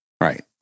Right